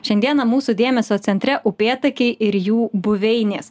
šiandieną mūsų dėmesio centre upėtakiai ir jų buveinės